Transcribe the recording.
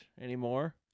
anymore